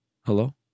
Hello